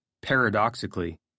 Paradoxically